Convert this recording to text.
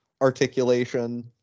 articulation